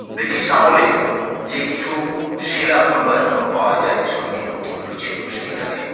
British আমলের যে কিছু শিলাখণ্ড এখনও পাওয়া যায় যেসব নীলকুঠিগুলো ছিলো সেইখানে